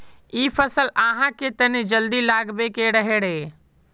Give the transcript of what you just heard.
इ फसल आहाँ के तने जल्दी लागबे के रहे रे?